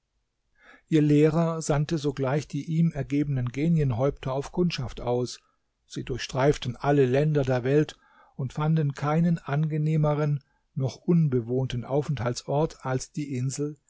ihr lehrer sandte sogleich die ihm ergebenen genienhäupter auf kundschaft aus sie durchstreiften alle länder der welt und fanden keinen angenehmeren noch unbewohnten aufenthaltsort als die insel